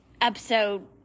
episode